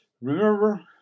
remember